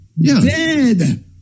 Dead